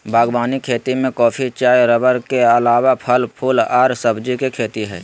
बागवानी खेती में कॉफी, चाय रबड़ के अलावे फल, फूल आर सब्जी के खेती हई